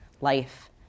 life